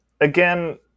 again